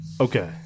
Okay